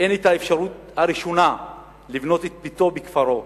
אין את האפשרות הראשונה לבנות את ביתו בכפרו,